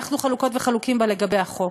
אנחנו חלוקות וחלוקים בה לגבי החוק.